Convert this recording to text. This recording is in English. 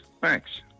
Thanks